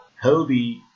healthy